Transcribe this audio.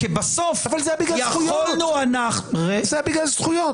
כי בסוף יכולנו אנחנו --- זה היה בגלל זכויות.